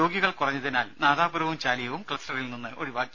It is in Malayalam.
രോഗികൾ കുറഞ്ഞതിനാൽ നാദാപുരവും ചാലിയവും ക്ലസ്റ്ററിൽ നിന്ന് ഒഴിവായി